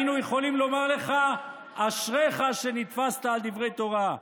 היינו יכולים לומר לך: אשריך שנתפסת על דברי תורה.